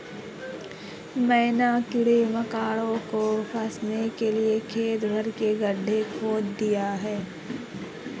मैंने कीड़े मकोड़ों को फसाने के लिए खेत भर में गड्ढे खोद दिए हैं